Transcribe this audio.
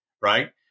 right